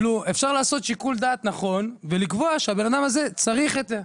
אפשר לעשות שיקול דעת נכון ולקבוע שהבן אדם הזה צריך את זה.